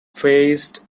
faced